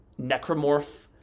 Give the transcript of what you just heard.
necromorph